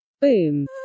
Boom